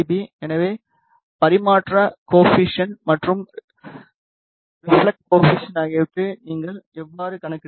எனவே பரிமாற்றக் கோஏபிசிஎன்ட் மற்றும் ரெபிளெக்ட் கோஏபிசிஎன்ட் ஆகியவற்றை நீங்கள் எவ்வாறு கணக்கிடுகிறீர்கள்